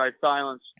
silence